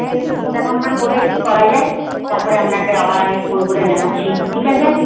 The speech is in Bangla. দেখি চিন্তাভাবনা করে কি করা যায় তারপরে আপনাকে আবার আমি ফোন করে জানাচ্ছি ঠিক আছে